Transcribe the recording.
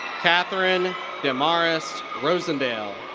katherine demarest rosendale.